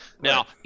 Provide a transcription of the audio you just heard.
now